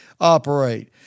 operate